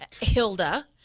Hilda